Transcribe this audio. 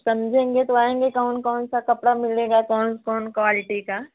समझेंगे तो आएँगे कौन कौन सा कपड़ा मिलेगा कौन कौन क्वालिटी का